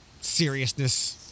seriousness